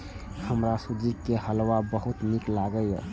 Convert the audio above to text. हमरा सूजी के हलुआ बहुत नीक लागैए